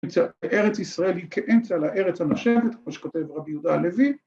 ‫ארץ ישראל היא כאמצע לארץ הנושבת, ‫כמו שכותב רבי יהודה הלוי.